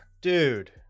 dude